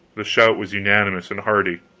the shout was unanimous and hearty.